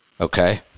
Okay